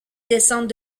descendent